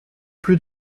plus